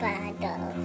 Bottle